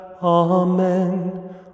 Amen